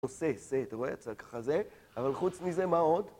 עושה, אתה רואה? ככה זה, אבל חוץ מזה מה עוד?